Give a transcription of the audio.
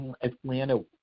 Atlanta